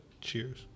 cheers